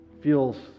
feels